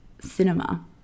cinema